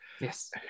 Yes